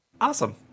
Awesome